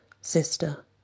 sister